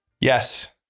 Yes